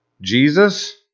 Jesus